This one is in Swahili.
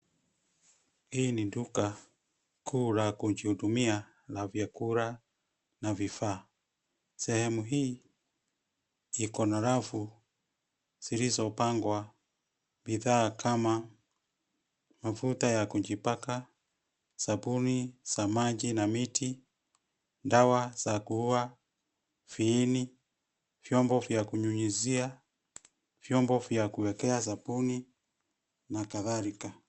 Hii ni duka, kuu la kujihudumia, la vyakula na vifaa. Sehemu hii, iko na rafu , zilizopangwa, bidhaa kama: mafuta ya kujipaka, sabuni za maji na miti, dawa za kuua viini, vyombo vya kunyunyizia, vyombo vya kuwekea sabuni, na kadhalika.